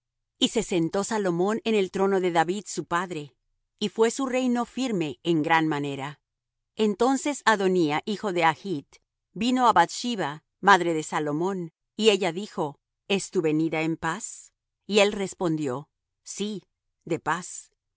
y se sentó salomón en el trono de david su padre y fué su reino firme en gran manera entonces adonía hijo de haggith vino á bath sheba madre de salomón y ella dijo es tu venida de paz y él respondió sí de paz